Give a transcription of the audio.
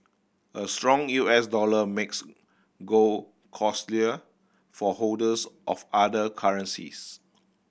a strong U S dollar makes gold costlier for holders of other currencies